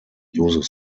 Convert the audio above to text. uses